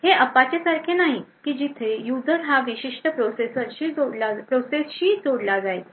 हे apache सारखे नाही की जिथे यूजर हा विशिष्ट प्रोसेसशी जोडला जायचा